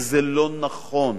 וזה לא נכון.